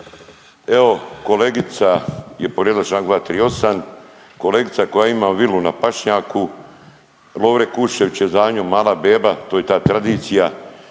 Evo kolegica je povrijedila Članka 238., kolegica koja ima vilu na pašnjaku Lovre Kuščević je za nju mala beba, to je ta tradicija